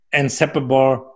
inseparable